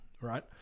right